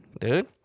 Dude